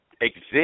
exist